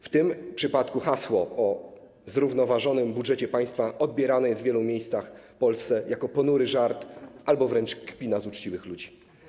W tym przypadku hasło dotyczące zrównoważonego budżetu państwa odbierane jest w wielu miejscach w Polsce jako ponury żart albo wręcz kpina z uczciwych ludzi.